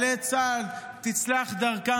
אדוני היושב-ראש,